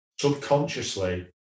subconsciously